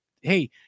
hey